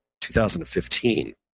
2015